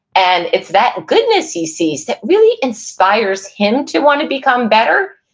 and it's that goodness he sees that really inspires him to want to become better.